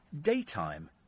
daytime